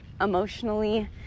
emotionally